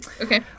Okay